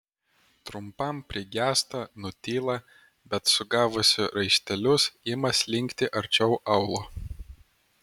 trumpam prigęsta nutyla bet sugavusi raištelius ima slinkti arčiau aulo